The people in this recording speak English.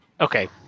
Okay